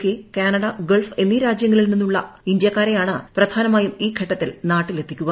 K Canada Gulf എന്നീ രാജ്യങ്ങളിൽ നിന്നുളള ഇന്ത്യാക്കാരെയാണ് പ്രധാനമായും ഈ ഘട്ടത്തിൽ നാട്ടിലെത്തിക്കുക